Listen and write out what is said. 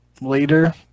later